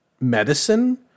medicine